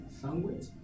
sandwich